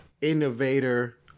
innovator